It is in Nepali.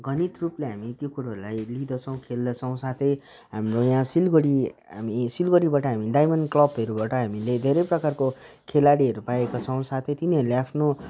घनित रूपले हामी त्यो कुरोहरूलाई लिँदछौँ खेल्दछौँ साथै हाम्रो यहाँ सिलगढी हामी सिलगढीबाट हामी डायमन्ड क्लबहरूबाट हामीले धेरै प्रकारको खेलाडीहरू पाएका छौँ साथै तिनीहरूले आफ्नो